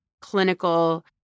clinical